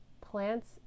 plants